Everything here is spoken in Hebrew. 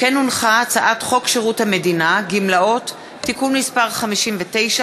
הצעת חוק שירות המדינה (גמלאות) (תיקון מס' 59),